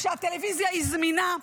כשהטלוויזיה זמינה,